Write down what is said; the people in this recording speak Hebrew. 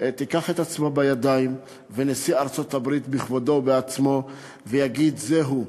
תיקח את עצמה בידיים ונשיא ארצות-הברית בכבודו ובעצמו יגיד: זהו,